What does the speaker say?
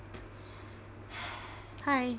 嗨你好我们过了一个钟了